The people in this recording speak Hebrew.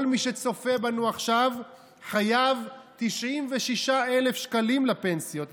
כל מי שצופה בנו עכשיו חייב 96,000 שקלים לפנסיות התקציביות,